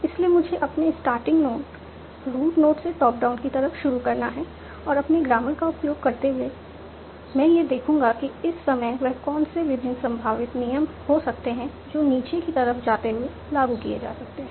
इसलिए मुझे अपने स्टार्टिंग नोड रूट नोड से टॉप डाउन की तरफ शुरू करना है और अपने ग्रामर का उपयोग करते हुए मैं यह देखूंगा कि इस समय वह कौन से विभिन्न संभावित नियम हो सकते हैं जो नीचे की तरफ जाते हुए लागू किए जा सकते हैं